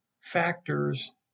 factors